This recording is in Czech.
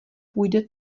půjde